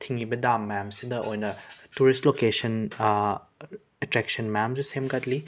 ꯊꯤꯡꯉꯤꯕ ꯗꯥꯝ ꯃꯌꯥꯝꯁꯤꯗ ꯑꯣꯏꯅ ꯇꯨꯔꯤꯁ ꯂꯣꯀꯦꯁꯟ ꯑꯦꯇ꯭ꯔꯦꯛꯁꯟ ꯃꯌꯥꯝꯁꯨ ꯁꯦꯝꯒꯠꯂꯤ